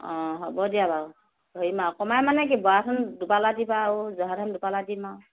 অ হ'ব দিয়া বাৰু ধৰিম আৰু কমাই মানে কি বৰা ধান দুপালা দিবা আৰু জহা ধান দুপালা দিম আৰু